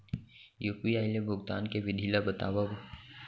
UPI ले भुगतान के विधि ला बतावव